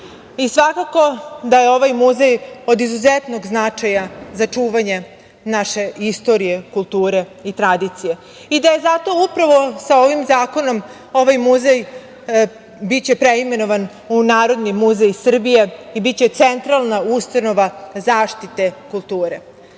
i svakako da je ovaj muzej od izuzetnog značaja za čuvanje naše istorije, kulture i tradicije, i da je zato upravo sa ovim zakonom ovaj muzej, biće preimenovan u Narodni muzej Srbije i biće centralna ustanova zaštite kulture.